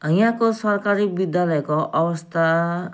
यहाँको सरकारी विद्यालयको अवस्था